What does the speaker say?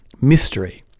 mystery